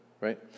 right